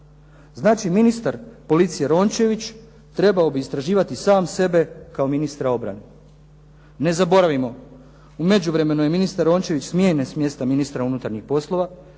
Znači, ministar policije Rončević trebao bi istraživati sam sebe kao ministra obrane. Ne zaboravimo, u međuvremenu je ministar Rončević smijenjen s mjesta ministra unutarnjih poslova,